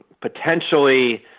potentially –